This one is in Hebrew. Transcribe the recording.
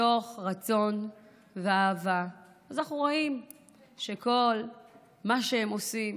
מתוך רצון ואהבה, אז אנחנו רואים שכל מה שהם עושים